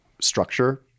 structure